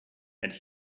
and